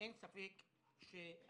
אין ספק שהפער